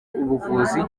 ubuvuzi